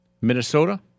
Minnesota